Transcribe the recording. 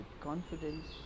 confidence